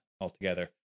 altogether